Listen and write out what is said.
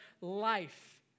life